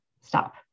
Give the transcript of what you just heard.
stop